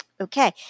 Okay